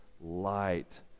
light